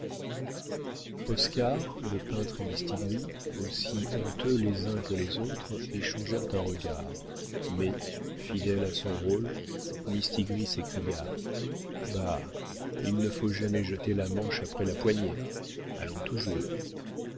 oscar le peintre et mistigris aussi honteux les uns que les autres échangèrent un regard mais fidèle à son rôle mistigris s'écria bah il ne faut jamais jeter la manche après la poignée allons toujours